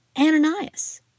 Ananias